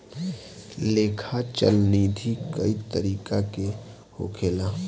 लेखा चल निधी कई तरीका के होखेला